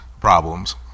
problems